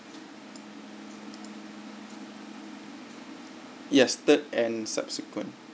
yes third and subsequent